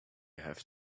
have